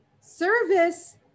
Service